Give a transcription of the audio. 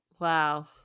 wow